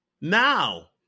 Now